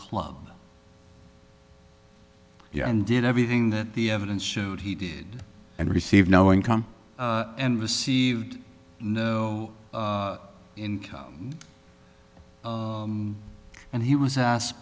club and did everything that the evidence showed he did and received no income and received no income and he was asked